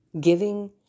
Giving